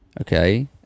Okay